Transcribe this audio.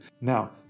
Now